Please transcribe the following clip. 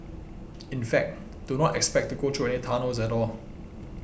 in fact do not expect to go through any tunnels at all